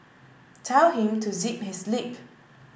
tell him to zip his lip